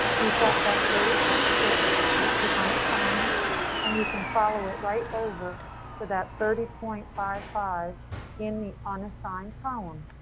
we've got that thirty point six. it's the unassigned and you can follow it right over to that thirty point five five in the unassigned column.